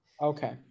okay